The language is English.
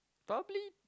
probably